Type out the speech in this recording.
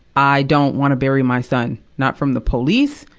i don't wanna bury my son. not from the police,